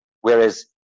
Whereas